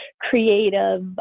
creative